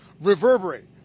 reverberate